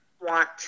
want